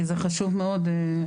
כי זה חשוב מאוד.